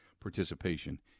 participation